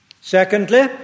Secondly